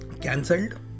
cancelled